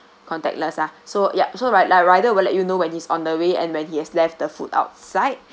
contactless ah so yup so ride rider will let you know when he's on the way and when he has left the food outside